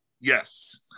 yes